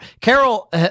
Carol